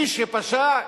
מי שפשע,